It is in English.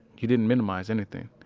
he didn't minimize anything.